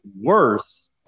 worse